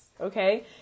okay